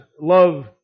love